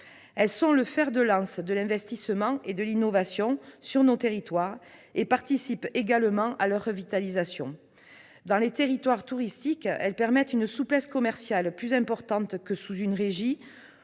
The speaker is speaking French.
Elles sont le fer de lance de l'investissement et de l'innovation sur nos territoires et participent également à leur revitalisation. Dans les territoires touristiques, elles permettent une souplesse commerciale plus importante qu'en régie,